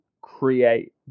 create